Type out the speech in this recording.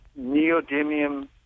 neodymium